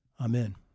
Amen